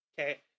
okay